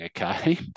okay